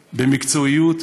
במקצועיות,